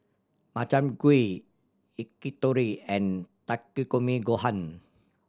Makchang Gui Yakitori and Takikomi Gohan